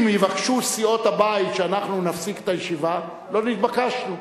אם יבקשו סיעות הבית שאנחנו נפסיק את הישיבה לא נתבקשנו.